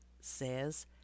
says